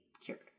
cured